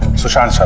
sushant so